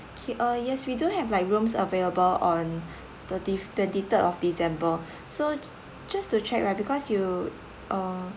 okay uh yes we do have like rooms available on thirty twenty third of december so just to check right because you uh